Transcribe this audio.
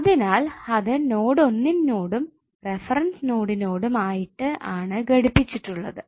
അതിനാൽ അത് നോഡ് ഒന്നിനോടും റഫറൻസ് നോടിനോടും ആയിട്ട് ആണ് ഘടിപ്പിച്ചിട്ടുള്ളത്